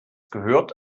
gehört